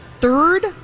third